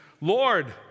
Lord